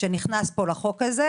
שנכנס לחוק הזה,